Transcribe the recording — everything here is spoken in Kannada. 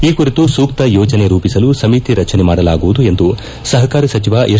ಈ ಕುರಿತು ಸೂಕ್ತ ಯೋಜನೆ ರೂಪಿಸಲು ಸಮಿತಿ ರಚನೆ ಮಾಡಲಾಗುವುದು ಎಂದು ಸಹಕಾರ ಸಚಿವ ಎಸ್